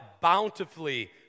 bountifully